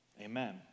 amen